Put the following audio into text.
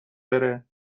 بره